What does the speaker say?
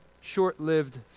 short-lived